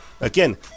Again